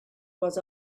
was